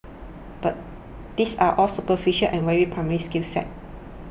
but these are all superficial and very primary skill sets